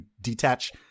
detach